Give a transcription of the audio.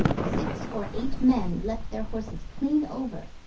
six or eight men leaped their horses clean over,